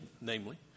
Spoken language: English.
namely